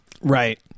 Right